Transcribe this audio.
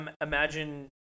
imagine